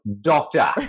doctor